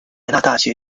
大学